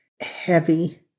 heavy